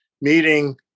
meeting